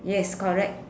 yes correct